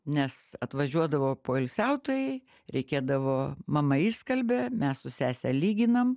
nes atvažiuodavo poilsiautojai reikėdavo mama išskalbia mes su sese lyginam